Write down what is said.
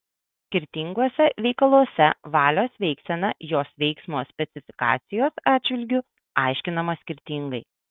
skirtinguose veikaluose valios veiksena jos veiksmo specifikacijos atžvilgiu aiškinama skirtingai